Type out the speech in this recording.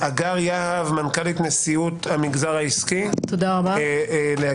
הגר יהב, מנכ"לית נשיאות המגזר העסקי, בבקשה.